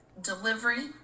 delivery